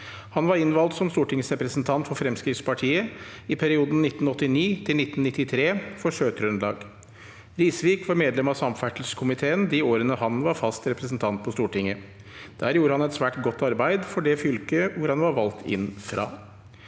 Han var innvalgt som stortingsrepresentant for Fremskrittspartiet i perioden 1989–1993 for Sør-Trøndelag. Risvik var medlem av samferdselskomiteen de årene han var fast representant på Stortinget. Der gjorde han et svært godt arbeid for det fylket han var valgt inn fra.